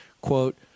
quote